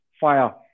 fire